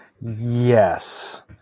Yes